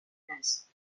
naiz